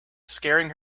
scaring